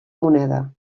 moneda